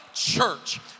church